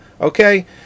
Okay